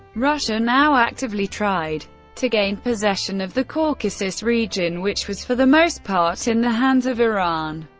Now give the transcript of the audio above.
russia now actively tried to gain possession of the caucasus region which was, for the most part, in the hands of iran.